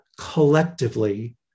collectively